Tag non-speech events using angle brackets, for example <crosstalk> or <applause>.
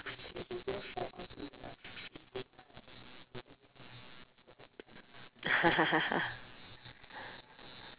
<laughs>